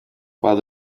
while